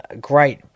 great